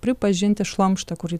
pripažinti šlamštą kurį